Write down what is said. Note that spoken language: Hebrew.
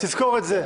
תזכור את זה.